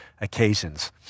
occasions